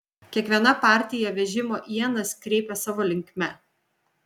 kiekviena partija vežimo ienas kreipė savo linkme